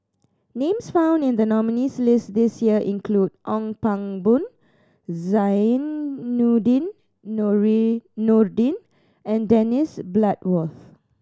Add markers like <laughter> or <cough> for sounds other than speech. names found in the nominees' list this year include Ong Pang Boon Zainudin <unintelligible> Nordin and Dennis Bloodworth